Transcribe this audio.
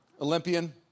Olympian